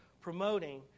promoting